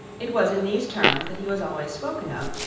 it was in these terms that he was always spoken of,